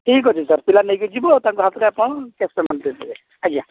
ଠିକ୍ ଅଛି ସାର୍ ପିଲା ନେଇକି ଯିବ ତାଙ୍କ ହାତରେ ଆପଣ କ୍ୟାସ ପେ'ମେଣ୍ଟ ଦେଇଦେବେ ଆଜ୍ଞା